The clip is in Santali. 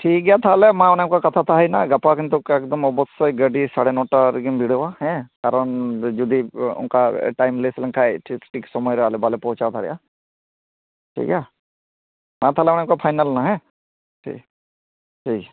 ᱴᱷᱤᱠ ᱜᱮᱭᱟ ᱛᱟᱦᱚᱞᱮ ᱢᱟ ᱚᱱᱮ ᱚᱱᱠᱟ ᱠᱟᱛᱷᱟ ᱛᱟᱦᱮᱭᱮᱱᱟ ᱜᱟᱯᱟ ᱠᱤᱱᱛᱩ ᱚᱱᱠᱟ ᱚᱵᱳᱥᱥᱳᱭ ᱜᱟᱹᱰᱤ ᱥᱟᱲᱮ ᱱᱚᱴᱟ ᱨᱮᱜᱮᱢ ᱵᱷᱤᱲᱟᱹᱣᱟ ᱦᱮᱸ ᱠᱟᱨᱚᱱ ᱡᱩᱫᱤ ᱚᱱᱠᱟ ᱴᱟᱭᱤᱢ ᱞᱮᱯᱥ ᱞᱮᱱ ᱠᱷᱟᱡ ᱴᱷᱤᱠ ᱥᱚᱢᱚᱭ ᱨᱮ ᱟᱞᱮ ᱵᱟᱞᱮ ᱯᱳᱣᱪᱷᱟᱣ ᱫᱟᱲᱮᱭᱟᱜᱼᱟ ᱴᱷᱤᱠ ᱜᱮᱭᱟ ᱢᱟ ᱛᱟᱦᱚᱞᱮ ᱚᱱᱮ ᱚᱱᱠᱟ ᱯᱷᱟᱭᱱᱮᱞ ᱱᱟ ᱦᱮᱸ ᱴᱷᱤᱠ ᱴᱷᱤᱠ ᱜᱮᱭᱟ